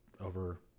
over